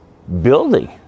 building